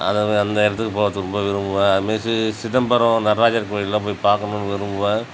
அதே மாதிரி அந்த இடத்துக்கு போகிறதுக்கு ரொம்ப விரும்புவேன் அது மாதிரி சிதம்பரம் நடராஜர் கோயிலெலாம் போய் பார்க்கணுன்னு விரும்புவேன்